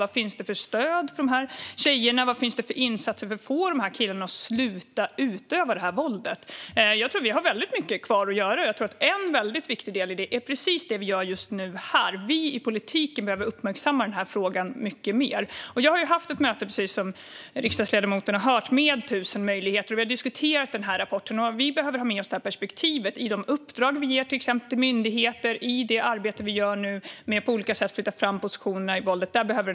Vad finns det för stöd för tjejerna, och vad finns det för insatser för att få killarna att sluta utöva våld? Jag tror att vi har väldigt mycket kvar att göra, och en viktig del i det är precis det som vi gör här just nu. Vi i politiken behöver uppmärksamma den här frågan mycket mer. Jag har, precis som riksdagsledamoten har hört, haft ett möte med Stiftelsen 1000 Möjligheter, och vi har diskuterat rapporten. Vi behöver ha med oss detta perspektiv i de uppdrag vi till exempel ger till myndigheter i vårt arbete med att på olika sätt flytta fram positionerna när det gäller våldet.